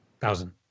thousand